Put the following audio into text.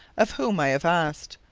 of whom i have asked,